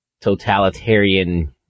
totalitarian